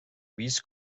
vist